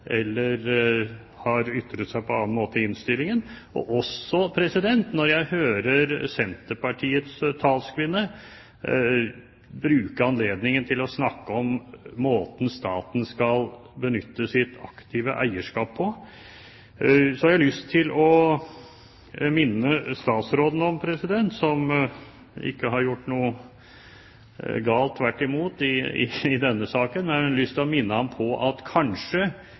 eller har ytret seg på annen måte i innstillingen, og også når jeg hører Senterpartiets talskvinne bruke anledningen til å snakke om måten staten skal benytte sitt aktive eierskap på, har jeg lyst til å minne statsråden på – som ikke har gjort noe galt i denne saken, tvert imot – at vi kanskje nærmer oss tiden for en ny eierskapsmelding. Jeg har stilt spørsmål til ham om det tidligere. Jeg synes at